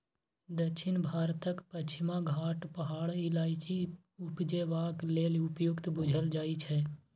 दक्षिण भारतक पछिमा घाट पहाड़ इलाइचीं उपजेबाक लेल उपयुक्त बुझल जाइ छै